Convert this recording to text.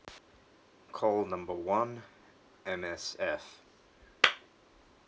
call number one M_S_F